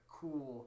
cool